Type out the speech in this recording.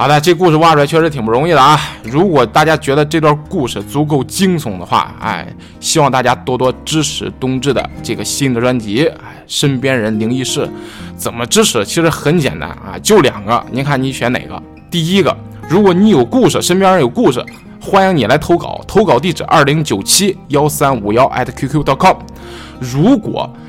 好的，这故事挖出来确实挺不容易的啊。如果大家觉得这段故事足够惊悚的话，哎，希望大家多多支持冬至的这个新的专辑，哎，身边人灵异事，怎么支持？其实很简单啊，就两个，您看你选哪个。第一个，如果你有故事，身边人有故事，欢迎你来投稿，投稿地址209713515@qq.com。如果